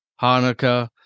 Hanukkah